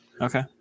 Okay